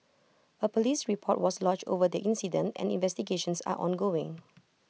A Police report was lodged over the incident and investigations are ongoing